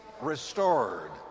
restored